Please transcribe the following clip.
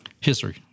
history